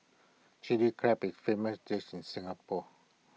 Chilli Crab is famous dish in Singapore